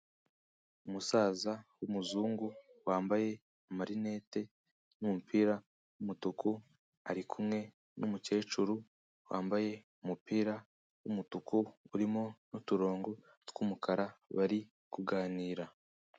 Umusaza w'umuzungu wambaye amarinete n'umupira w'umutuku, ari kumwe n'umukecuru wambaye umupira w'umutuku urimo n'uturongo tw'umukara bari kuganira.